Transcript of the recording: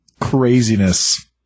craziness